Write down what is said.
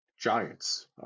giants